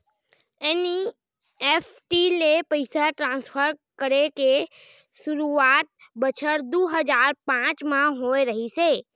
NEFT ले पइसा transfer करे के सुरूवात बछर दू हजार पॉंच म होय रहिस हे